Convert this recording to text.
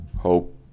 Hope